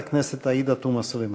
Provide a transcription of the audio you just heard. אחריו, חברת הכנסת עאידה תומא סלימאן.